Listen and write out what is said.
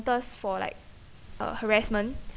commenters for like uh harassment